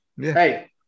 hey